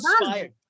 inspired